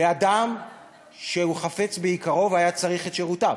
לאדם שהוא חפץ ביקרו והיה צריך את שירותיו.